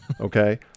Okay